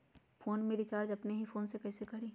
Phone में recharge अपने ही फ़ोन से कईसे करी?